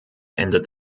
endet